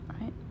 Right